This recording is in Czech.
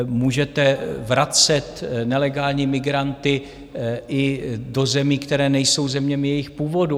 Můžete vracet nelegální migranty i do zemí, které nejsou zeměmi jejich původu.